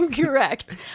Correct